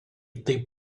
taip